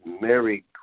Mary